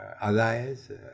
allies